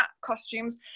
costumes